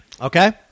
Okay